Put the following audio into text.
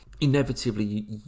inevitably